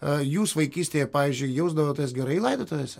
a jūs vaikystėje pavyzdžiui jausdavotės gerai laidotuvėse